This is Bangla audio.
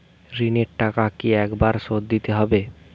ঋণের টাকা কি একবার শোধ দিতে হবে?